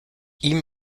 ihm